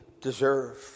deserve